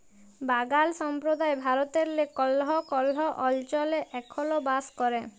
বাগাল সম্প্রদায় ভারতেল্লে কল্হ কল্হ অলচলে এখল বাস ক্যরে